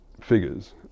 figures